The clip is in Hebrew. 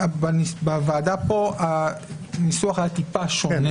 בוועדה פה הניסוח היה טיפה שונה.